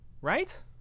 Right